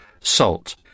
Salt